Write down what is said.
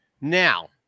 Now